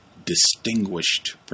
distinguished